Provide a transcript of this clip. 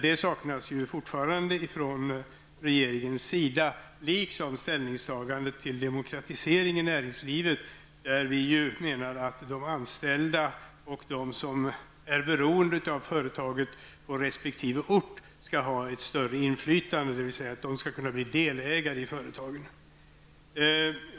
Den saknas fortfarande från regeringens sida liksom ett ställningstagande till kravet på en demokratisering av näringslivet. Vi anser ju att de anställda och de som är beroende av företaget på resp. ort skall ha ett större inflytande och kunna bli delägare i företaget.